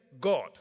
God